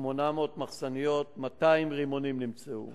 800 מחסניות, 200 רימונים נמצאו,